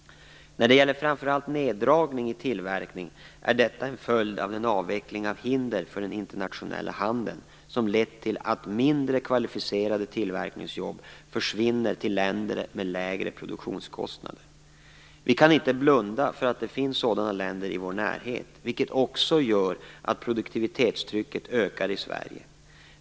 Neddragningen i tillverkningen är en följd av den avveckling av hinder för den internationella handeln som lett till att mindre kvalificerade tillverkningsjobb försvinner till länder med lägre produktionskostnader. Vi kan inte blunda för att det finns sådana länder i vår närhet, vilket också gör att produktivitetstrycket ökar i Sverige.